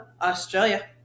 Australia